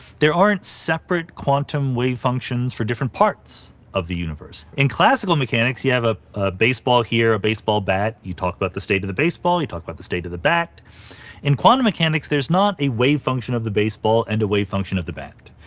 there aren't separate quantum wave functions for different parts of the universe. in classical mechanics, you have a a baseball here, a baseball bat, you talk about the state of the baseball, you talk about the state of the bat in quantum mechanics, there's not a wave function of the baseball and a wave function of the bat.